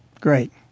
Great